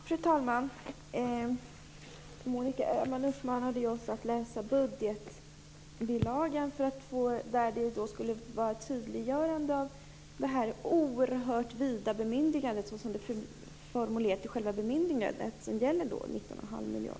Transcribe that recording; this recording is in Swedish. Fru talman! Monica Öhman uppmanade oss att läsa budgetbilagan där det skulle finnas ett tydliggörande av det här oerhört vida bemyndigandet så som det är formulerat i själva bemyndigandet som gäller 19 1⁄2 miljard.